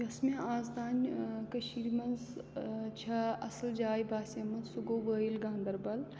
یۄس مےٚ آز تام کٔشیٖرِ منٛز چھےٚ اَصٕل جاے باسیمٕژ سُہ گوٚو وٲیِل گاندَربَل